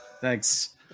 thanks